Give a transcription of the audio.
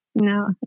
No